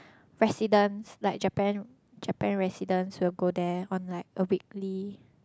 residents like Japan Japan residents will go there on like a weekly